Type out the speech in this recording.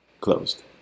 closed